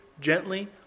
gently